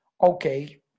Okay